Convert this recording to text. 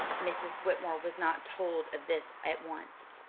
mrs. whitmore was not told of this at once.